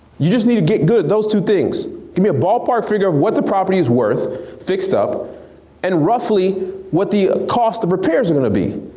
you just need to get good with those two things. give me a ballpark figure of what the property is worth fixed up and roughly what the cost of repairs are going to be.